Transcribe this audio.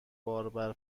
باربر